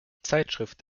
zeitschrift